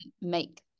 Make